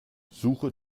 suche